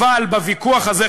אבל בוויכוח הזה,